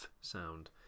sound